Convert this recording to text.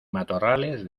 matorrales